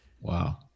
Wow